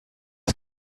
ist